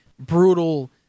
brutal